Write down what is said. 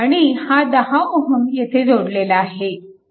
आणि हा 10 Ω येथे जोडलेला आहे